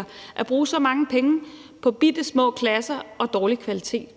ikke forsvare at bruge så mange penge på bittesmå klasser og dårlig kvalitet.